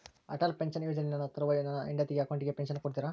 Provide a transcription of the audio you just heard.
Atal pension ಯೋಜನೆಯಲ್ಲಿ ನನ್ನ ತರುವಾಯ ನನ್ನ ಹೆಂಡತಿ ಅಕೌಂಟಿಗೆ ಪೆನ್ಶನ್ ಕೊಡ್ತೇರಾ?